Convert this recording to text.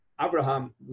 Abraham